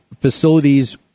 facilities